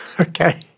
Okay